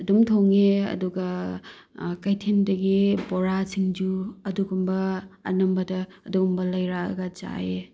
ꯑꯗꯨꯝ ꯊꯣꯡꯉꯦ ꯑꯗꯨꯒ ꯀꯩꯊꯦꯟꯗꯒꯤ ꯕꯣꯔꯥ ꯁꯤꯡꯖꯨ ꯑꯗꯨꯒꯨꯝꯕ ꯑꯅꯝꯕꯗ ꯑꯗꯨꯒꯨꯝꯕ ꯂꯩꯔꯛꯑꯒ ꯆꯥꯏꯑꯦ